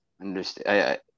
understand